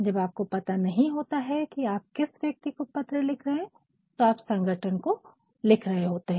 जब आपको नहीं पता होता है की आप किस व्यक्ति को पत्र लिख रहे है तो संगठन को लिख रहे होते है